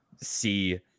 see